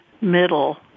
middle